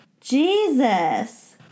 Jesus